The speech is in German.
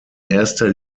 erster